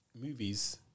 movies